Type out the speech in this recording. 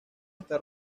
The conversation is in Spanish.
está